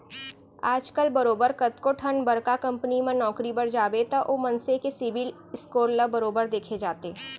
आजकल बरोबर कतको ठन बड़का कंपनी म नौकरी बर जाबे त ओ मनसे के सिविल स्कोर ल बरोबर देखे जाथे